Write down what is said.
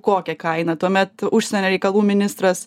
kokią kainą tuomet užsienio reikalų ministras